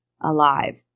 alive